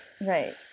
Right